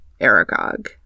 Aragog